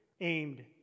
aimed